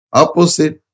opposite